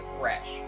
fresh